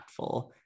impactful